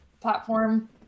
platform